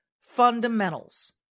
fundamentals